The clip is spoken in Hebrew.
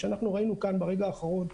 מה שאנחנו ראינו כאן ברגע האחרון,